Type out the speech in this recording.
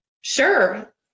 Sure